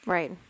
Right